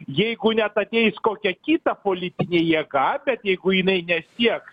jeigu net ateis kokia kita politinė jėga bet jeigu jinai nesieks